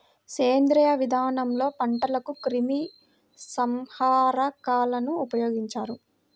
సేంద్రీయ విధానంలో పంటలకు క్రిమి సంహారకాలను ఉపయోగించరు